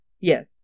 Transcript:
Yes